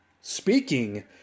Speaking